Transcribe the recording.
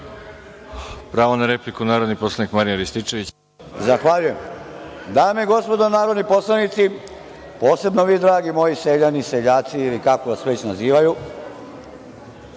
Pravo na repliku, narodni poslanik Marijan Rističević. **Marijan Rističević** Zahvaljujem. Dame i gospodo narodni poslanici, posebno vi dragi moji seljani i seljaci, ili kako vas već nazivaju,